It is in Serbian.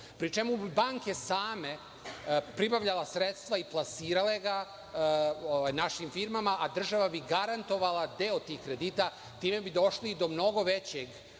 pri čemu bi banke same pribavljale sredstva i plasirale ga našim firmama, a država bi garantovala deo tih kredita. Time bi došli do mnogo većeg